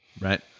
Right